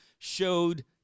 showed